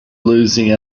losing